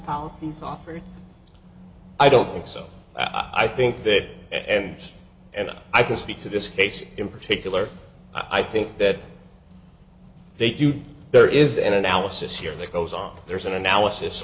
policies offered i don't think so i think the evidence and i can speak to this case in particular i think that they do there is an analysis here that goes on there is an analysis